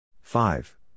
five